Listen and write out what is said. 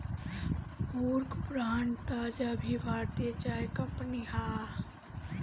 Brooke Bond ताज़ा भी भारतीय चाय कंपनी हअ